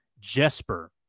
Jesper